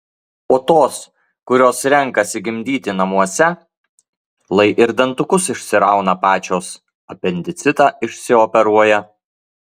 o tos kurios renkasi gimdyti namuose lai ir dantukus išsirauna pačios apendicitą išsioperuoja